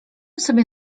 sobie